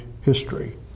history